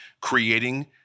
creating